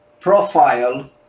profile